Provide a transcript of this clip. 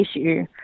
issue